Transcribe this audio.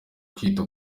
kwita